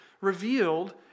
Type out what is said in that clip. revealed